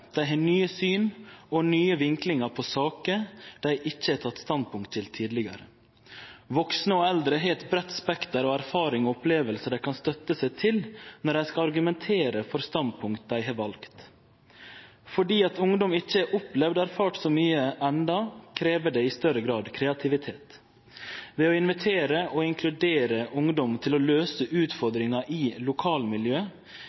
dei har nye syn og nye vinklingar på saker dei ikkje har teke standpunkt til tidlegare. Vaksne og eldre har eit breitt spekter av erfaringar og opplevingar dei kan støtte seg til når dei skal argumentere for standpunkt dei har valt. Fordi ungdom ikkje har opplevd og erfart så mykje enno, krevst det i større grad kreativitet. Ved å inkludere og invitere ungdom til å løyse